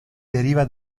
deriva